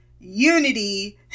Unity